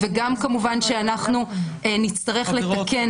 וגם כמובן כשאנחנו נצטרך לתקן --- חברות,